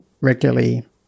regularly